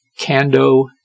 Kando